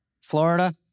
Florida